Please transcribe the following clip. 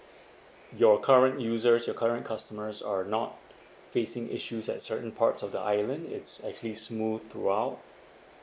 your current users your current customers are not facing issues at certain parts of the island it's actually smooth throughout